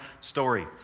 story